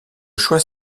choix